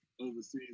overseas